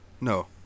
No